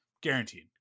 guaranteed